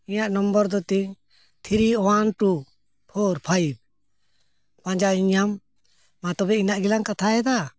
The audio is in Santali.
ᱤᱧᱟᱹᱜ ᱱᱟᱢᱵᱟᱨ ᱫᱚ ᱛᱤᱧ three one two four five ᱯᱟᱸᱡᱟᱭᱤᱧᱟᱢ ᱢᱟ ᱛᱚᱵᱮ ᱤᱱᱟᱹᱜ ᱜᱮᱞᱟᱝ ᱠᱟᱛᱷᱟᱭᱮᱫᱟ